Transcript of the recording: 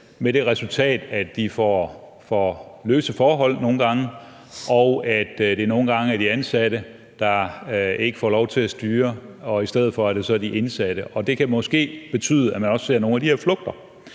med det resultat, at de får for løse forhold nogle gange, og at det nogle gange ikke er de ansatte, der får lov til at styre, og i stedet for er det så de indsatte. Og det kan måske betyde, at man også ser nogle af de her flugter.